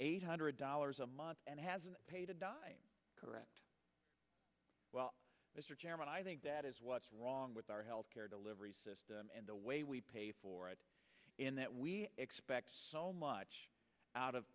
eight hundred dollars a month and hasn't paid a dime correct well mr chairman i think that is what's wrong with our health care delivery system and the way we pay for it in that we expect so much out of